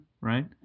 Right